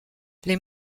les